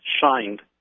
shined